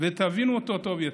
ותבינו אותו טוב יותר.